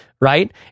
right